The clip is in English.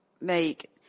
make